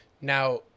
Now